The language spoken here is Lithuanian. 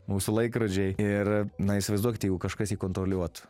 mūsų laikrodžiai ir na įsivaizduokit jeigu kažkas jį kontroliuotų